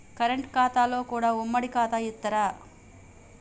Current ఖాతాలో కూడా ఉమ్మడి ఖాతా ఇత్తరా?